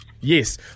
Yes